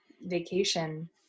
vacation